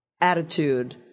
attitude